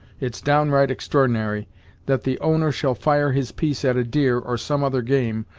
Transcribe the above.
it's downright extr'ornary that the owner shall fire his piece at a deer, or some other game,